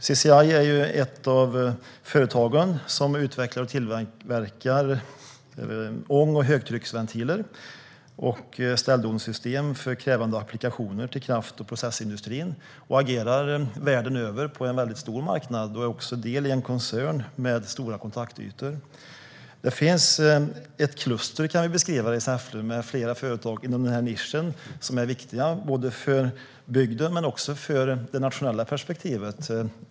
CCI är ett av företagen som utvecklar och tillverkar ång och högtrycksventiler och ställdonssystem för krävande applikationer till kraft och processindustrin. Det agerar världen över på en väldigt stor marknad och är också del i en koncern med stora kontaktytor. Det finns i Säffle vad man kan beskriva som ett kluster med flera företag inom denna nisch som är viktiga för bygden men också i det nationella perspektivet.